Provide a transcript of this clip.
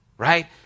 right